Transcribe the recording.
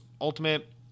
Ultimate